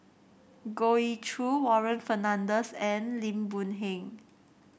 Goh Ee Choo Warren Fernandez and Lim Boon Heng